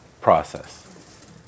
process